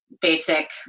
basic